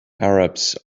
arabs